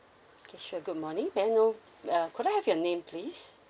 okay sure good morning may I know uh could I have your name please